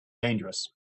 dangerous